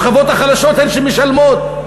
השכבות החלשות הן שמשלמות.